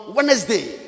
Wednesday